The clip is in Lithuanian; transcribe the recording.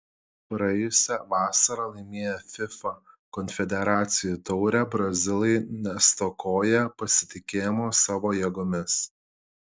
praėjusią vasarą laimėję fifa konfederacijų taurę brazilai nestokoja pasitikėjimo savo jėgomis